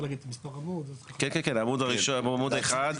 עמוד 1,